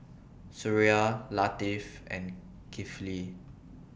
Suraya Latif and Kifli